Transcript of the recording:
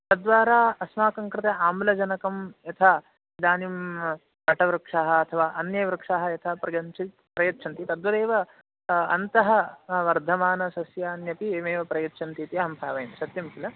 तद्वारा अस्माकं कृते आम्लजनकं यथा इदानीं वटवृक्षः अथवा अन्ये वृक्षाः यथा प्रयच्छति प्रयच्छन्ति तद्वदेव अन्तः वर्धमानसस्यान्यपि एवमेव प्रयच्छन्ति इति अहं भावयमि सत्यं किल